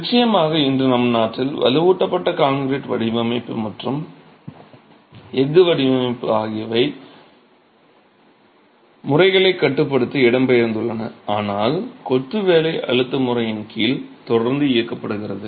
நிச்சயமாக இன்று நம் நாட்டில் வலுவூட்டப்பட்ட கான்கிரீட் வடிவமைப்பு மற்றும் எஃகு வடிவமைப்பு ஆகியவை முறைகளை கட்டுப்படுத்த இடம்பெயர்ந்துள்ளன ஆனால் கொத்து வேலை அழுத்த முறையின் கீழ் தொடர்ந்து இயக்கப்படுகிறது